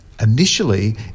Initially